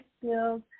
skills